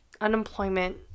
unemployment